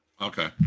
okay